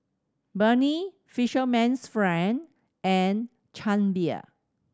Burnie Fisherman's Friend and Chang Beer